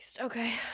Okay